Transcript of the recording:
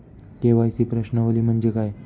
KYC प्रश्नावली म्हणजे काय?